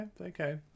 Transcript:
okay